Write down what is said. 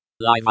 live